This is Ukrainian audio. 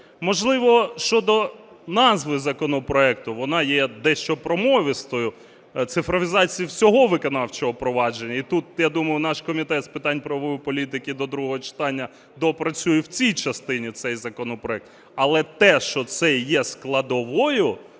Можливо, щодо назви законопроекту, вона є дещо промовистою, цифровізації всього виконавчого провадження. І тут, я думаю, наш Комітет з питань правової політики до другого читання доопрацює в цій частині цей законопроект. Але те, що це є складовою